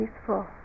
peaceful